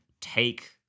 take